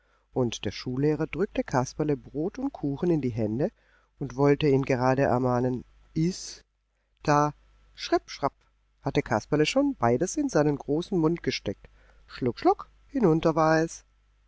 und der schullehrer drückte kasperle brot und kuchen in die hände und wollte gerade ermahnen iß da schrippschrapp hatte kasperle schon beides in seinen großen mund gesteckt schluck schluck hinunter war es